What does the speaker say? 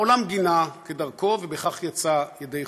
העולם גינה, כדרכו, ובכך יצא ידי חובה,